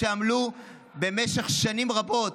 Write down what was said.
שעמלו במשך שנים רבות